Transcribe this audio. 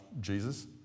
Jesus